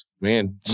Man